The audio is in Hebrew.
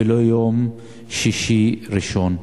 ולא יום שישי וראשון,